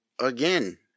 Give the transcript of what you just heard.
again